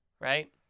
right